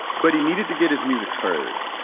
but he needed to get his music heard.